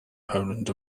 poland